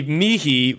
mihi